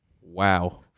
Wow